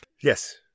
Yes